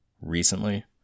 recently